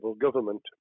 government